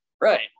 right